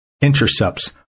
Intercepts